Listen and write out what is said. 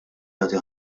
jagħti